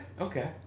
Okay